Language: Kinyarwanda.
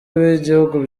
w’igihugu